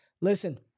listen